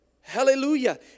Hallelujah